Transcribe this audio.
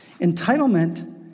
Entitlement